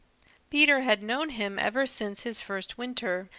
peter had known him ever since his first winter,